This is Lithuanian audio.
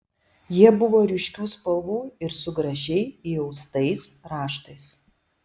jie buvo ryškių spalvų ir su gražiai įaustais raštais